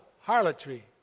harlotry